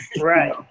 Right